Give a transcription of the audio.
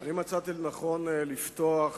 אני מצאתי לנכון לפתוח